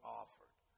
offered